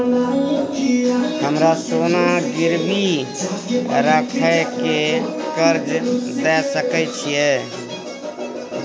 हमरा सोना गिरवी रखय के कर्ज दै सकै छिए?